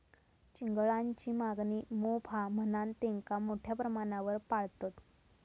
चिंगळांची मागणी मोप हा म्हणान तेंका मोठ्या प्रमाणावर पाळतत